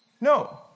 No